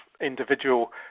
individual